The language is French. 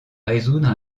résoudre